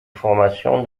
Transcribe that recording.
formation